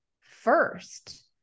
first